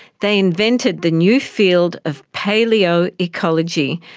they invented the new field of paleoecology,